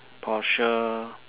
Porsche